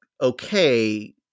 okay